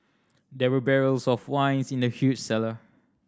there were barrels of wine in the huge cellar